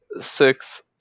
six